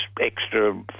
extra